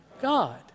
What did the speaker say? God